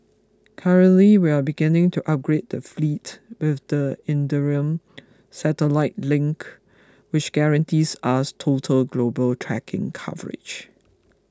currently we are beginning to upgrade the fleet with the satellite link which guarantees us total global tracking coverage